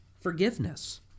forgiveness